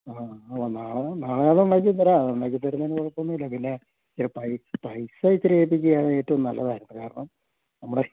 ആ ആ നാളെ നാളെ അത് ഉണ്ടാക്കി തരാം ഉണ്ടാക്കി തരുന്നതിന് കുഴപ്പം ഒന്നും ഇല്ല പിന്നെ ഇച്ചിരി പൈ പൈസ ഇത്തിരി എത്തിക്കുകയാണേൽ ഏറ്റവും നല്ലതായിരുന്നു കാരണം നമ്മുടെ